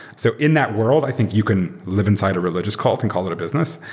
so in that world, i think you can live inside a religious cult and call it a business.